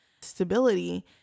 stability